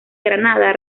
granada